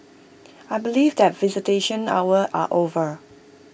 I believe that visitation hours are over